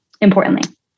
importantly